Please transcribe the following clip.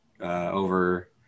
over